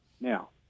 Now